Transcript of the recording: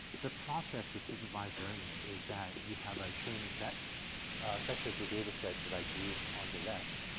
the process of supervised learning is that you have a training set such as the data-set that i drew on the left,